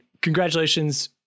congratulations